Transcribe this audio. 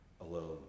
alone